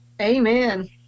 Amen